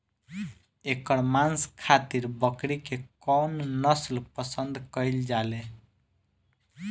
एकर मांस खातिर बकरी के कौन नस्ल पसंद कईल जाले?